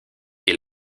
est